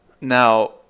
now